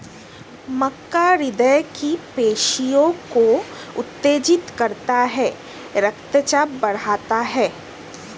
मक्का हृदय की पेशियों को उत्तेजित करता है रक्तचाप बढ़ाता है